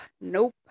nope